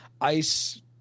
Ice